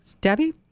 Debbie